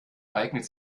eignet